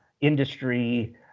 Industry